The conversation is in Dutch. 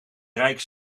rijk